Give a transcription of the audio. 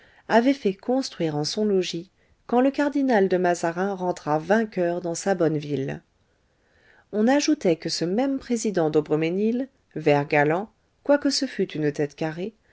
avait fait construire en son logis quand le cardinal de mazarin rentra vainqueur dans sa bonne ville on ajoutait que ce même président d'aubremesnil vert galant quoique ce fût une tête carrée